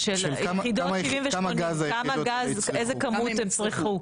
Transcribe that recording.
אחד נקודה משהו --- של יחידות 70 ו-80 איזה כמות הם יצטרכו?